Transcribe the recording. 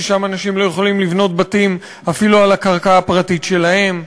ששם אנשים לא יכולים לבנות בתים אפילו על הקרקע הפרטית שלהם,